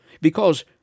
Because